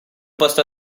posto